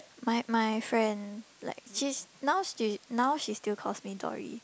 my my friend like she's now she now she still calls me Dory